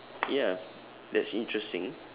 ya that's interesting